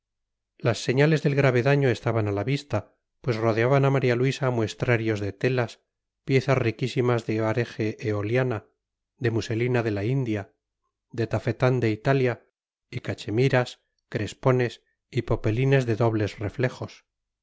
las señales del grave daño estaban a la vista pues rodeaban a maría luisa muestrarios de telas piezas riquísimas de barege eoliana de muselina de la india de tafetán de italia y cachemiras crespones y popelines de dobles reflejos